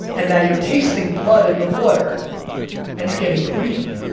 and now you're tasting blood in the water and you're getting greedy.